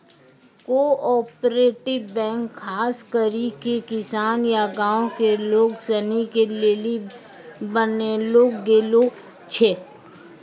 cooperative bank खास करी के किसान या गांव के लोग सनी के लेली बनैलो गेलो छै